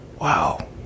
wow